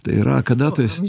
tai yra kada tu es